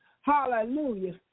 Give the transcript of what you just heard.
Hallelujah